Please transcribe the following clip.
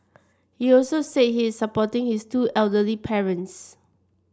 he also said he is supporting his two elderly parents